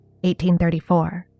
1834